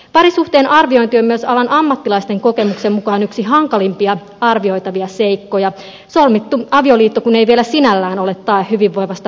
parisuhteen arviointi on myös alan ammattilaisten kokemuksen mukaan yksi hankalimpia arvioitavia seikkoja solmittu avioliitto kun ei vielä sinällään ole tae hyvinvoivasta parisuhteesta